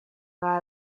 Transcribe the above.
war